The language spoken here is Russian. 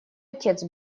отец